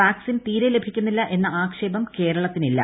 vaccine തീരെ ലഭിക്കുന്നില്ല എന്ന ആക്ഷേപം കേരളത്തിന് ഇല്ല